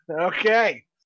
Okay